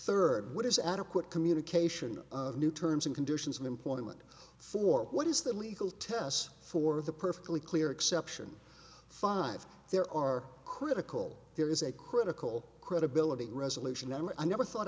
third what is adequate communication new terms and conditions of employment for what is the legal test for the perfectly clear exception five there are critical there is a critical credibility resolution never i never thought